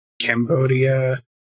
Cambodia